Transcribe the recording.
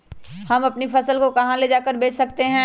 हम अपनी फसल को कहां ले जाकर बेच सकते हैं?